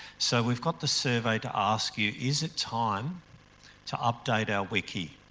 so, we've got the survey to ask you is it time to update our wiki?